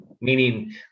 meaning